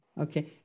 Okay